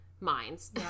minds